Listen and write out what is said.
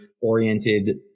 oriented